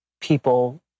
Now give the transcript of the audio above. people